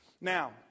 Now